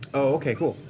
okay. cool.